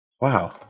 Wow